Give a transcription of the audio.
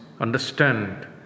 understand